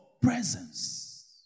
Presence